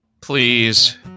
please